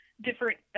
different